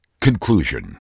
Conclusion